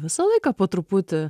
visą laiką po truputį